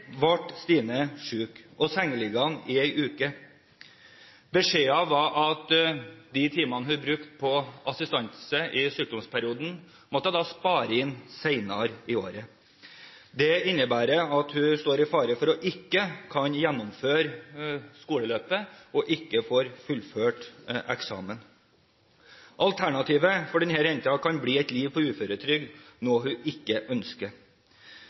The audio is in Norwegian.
Stine syk og sengeliggende en uke. Beskjeden var at de timene hun brukte på assistanse i sykdomsperioden, måtte hun spare inn senere i året. Det innebærer at hun står i fare for ikke å kunne gjennomføre skoleløpet og ikke få fullført eksamen. Alternativet for denne jenta kan bli et liv på uføretrygd, noe hun ikke ønsker.